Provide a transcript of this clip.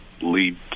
lead